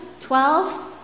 twelve